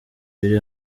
biri